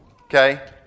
Okay